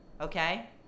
okay